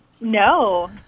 No